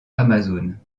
amazone